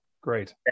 great